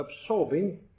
absorbing